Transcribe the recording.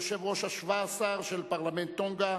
היושב-ראש ה-17 של פרלמנט טונגה,